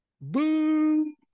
Boo